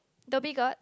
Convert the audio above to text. Dhoby-Ghaut